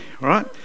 right